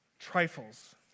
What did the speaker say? Trifles